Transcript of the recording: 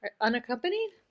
Unaccompanied